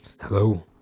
Hello